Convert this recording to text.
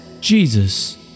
Jesus